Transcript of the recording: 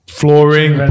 flooring